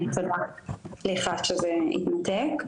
סליחה שזה התנתק,